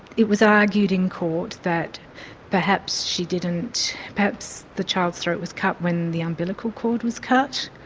it was argued in court that perhaps she didn't perhaps the child's throat was cut when the umbilical cord was cut,